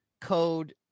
code